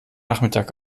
nachmittag